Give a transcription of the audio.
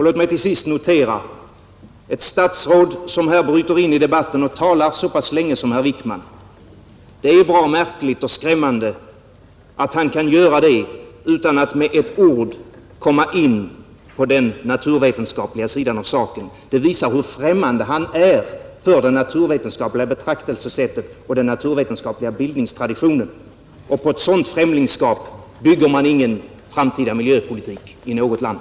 Låt mig till sist konstatera att det är bra märkligt och skrämmande att ett statsråd här bryter in i debatten och talar så pass länge som herr Wickman gjorde utan att med ett ord komma in på den naturvetenskapliga sidan av saken. Det visar hur främmande han är för det naturvetenskapliga betraktelsesättet och den naturvetenskapliga bild ningstraditionen. På ett sådant främlingskap bygger man ingen framtida miljöpolitik i något land.